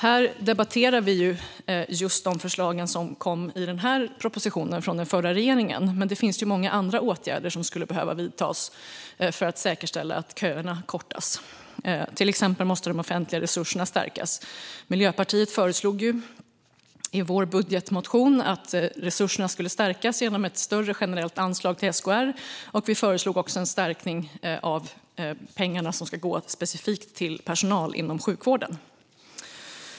Här debatterar vi förslagen i denna proposition från den förra regeringen, men många andra åtgärder skulle också behöva vidtas för att säkerställa att köerna kortas. Till exempel måste de offentliga resurserna stärkas. Miljöpartiet föreslog i vår budgetmotion att resurserna skulle stärkas genom ett större generellt anslag till SKR, och vi föreslog också en förstärkning av de pengar som ska gå specifikt till personal inom sjukvården.